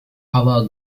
ava